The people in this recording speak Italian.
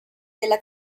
della